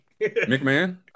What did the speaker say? McMahon